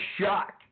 shock